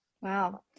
Wow